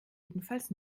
jedenfalls